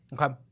Okay